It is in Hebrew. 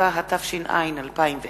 7), התש"ע 2010,